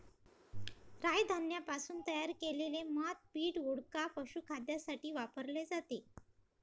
राय धान्यापासून तयार केलेले मद्य पीठ, वोडका, पशुखाद्यासाठी वापरले जाते